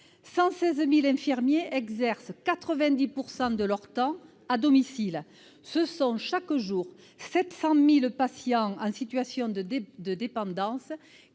116 000 infirmiers exercent, pour 90 % de leur temps, à domicile. Chaque jour, 700 000 patients en situation de dépendance